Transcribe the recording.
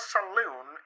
Saloon